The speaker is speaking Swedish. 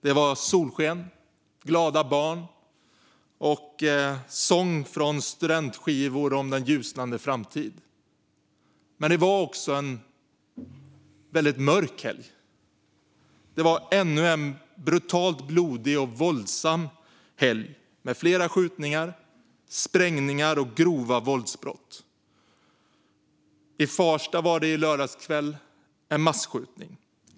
Det var solsken, glada barn och sång från studentskivor om den ljusnande framtid. Men det var också en väldigt mörk helg. Det var ännu en brutalt blodig och våldsam helg med flera skjutningar, sprängningar och grova våldsbrott. I Farsta skedde i lördags kväll en masskjutning.